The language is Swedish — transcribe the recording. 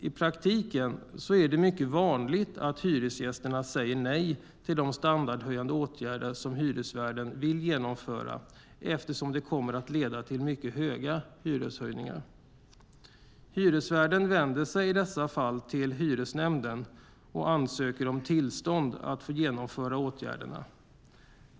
I praktiken är det mycket vanligt att hyresgästerna säger nej till de standardhöjande åtgärder som hyresvärden vill genomföra, eftersom det kommer att leda till mycket höga hyreshöjningar. Hyresvärden vänder sig i dessa fall till hyresnämnden och ansöker om tillstånd att genomföra åtgärderna.